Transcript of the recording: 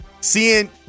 Seeing